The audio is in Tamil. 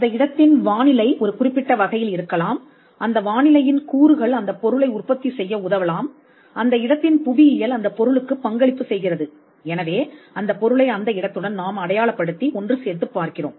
அந்த இடத்தின் வானிலை ஒரு குறிப்பிட்ட வகையில் இருக்கலாம் அந்த வானிலையின் கூறுகள் அந்தப் பொருளை உற்பத்தி செய்ய உதவலாம் அந்த இடத்தின் புவியியல் அந்தப் பொருளுக்கு பங்களிப்பு செய்கிறது எனவே அந்தப் பொருளை அந்த இடத்துடன் நாம் அடையாளப்படுத்தி ஒன்று சேர்த்துப் பார்க்கிறோம்